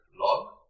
log